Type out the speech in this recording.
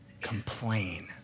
complain